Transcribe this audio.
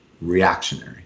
reactionary